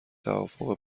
توافق